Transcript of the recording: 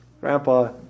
Grandpa